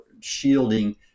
shielding